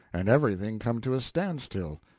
and everything come to a standstill.